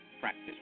practice